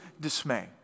dismay